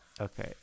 okay